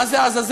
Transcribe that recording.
מה זה עזאזל?